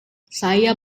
saya